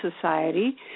Society